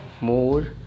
more